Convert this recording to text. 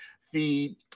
feed